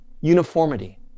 uniformity